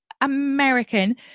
American